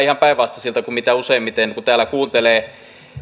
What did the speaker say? ihan päinvastaisilta kuin useimmiten kun täällä kuuntelee